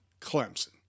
Clemson